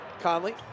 Conley